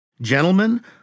Gentlemen